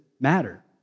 matter